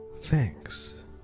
thanks